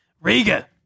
Riga